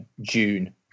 June